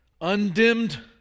undimmed